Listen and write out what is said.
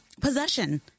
possession